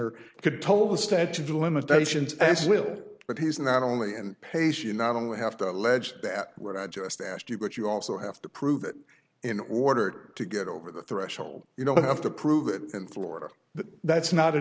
prisoner could toll the statue of limitations as we'll but he's not only in pace you not only have to allege that what i just asked you but you also have to prove that in order to get over the threshold you don't have to prove it in florida but that's not a